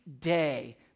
day